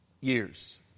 years